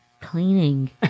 cleaning